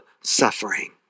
suffering